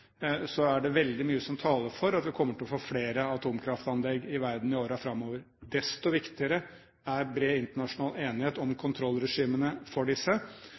er det veldig mye som taler for at vi kommer til å få flere atomanlegg i verden i årene framover. Desto viktigere er bred internasjonal enighet om kontrollregimene for disse,